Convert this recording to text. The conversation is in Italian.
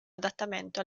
adattamento